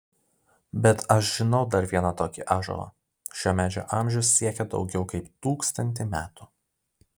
bet aš žinau dar vieną tokį ąžuolą šio medžio amžius siekia daugiau kaip tūkstantį metų